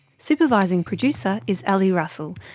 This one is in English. supervising producer is ali russell.